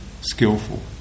skillful